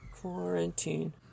Quarantine